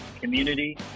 community